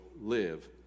live